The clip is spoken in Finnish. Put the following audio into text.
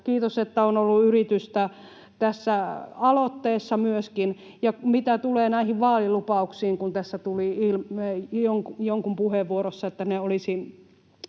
Kiitos, että on ollut yritystä myöskin tässä aloitteessa. Mitä tulee näihin vaalilupauksiin, kun tässä tuli ilmi jonkun puheenvuorossa, että ne olisivat